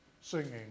singing